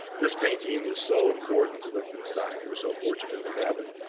this painting is so important to lichtenstein. we're so fortunate to have it.